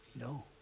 no